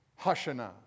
Hashanah